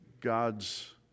God's